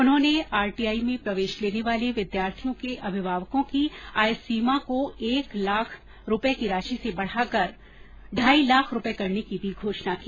उन्होंने आरटीई में प्रवेश लेने वाले विद्यार्थियों के अभिभावकों की आय सीमा को एक लाख रूपये की राशि से बढ़ा कर ढाई लाख रूपये करने की भी घोषणा की